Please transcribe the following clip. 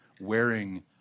wearing